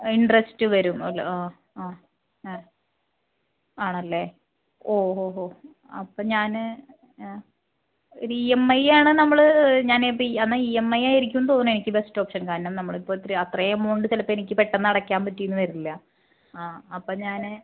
interest വരും ലോ ആ ആ ആണല്ലേ ഓ ഹോ ഹോ അപ്പം ഞാൻ ആ ഈ എം ഐയാണ് നമ്മൾ ഞാനിപ്പം എന്നാൽ ഈ എം ഐ ആയിരിക്കും എന്ന് തോന്നണെനിക്ക് ബെസ്ട് ഓപ്ഷൻ കാരണം നമ്മളിപ്പോൾ ഇത്തിരി അത്രേം എമൗണ്ട് ചിലപ്പോൾ എനിക്ക് പെട്ടെന്നടയ്ക്കാൻ പറ്റീന്ന് വരില്ല ആ അപ്പം ഞാൻ